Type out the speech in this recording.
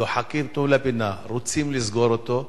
דוחקים אותו לפינה ורוצים לסגור אותו,